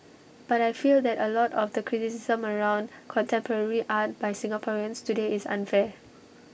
but I feel that A lot of the criticism around contemporary art by Singaporeans today is unfair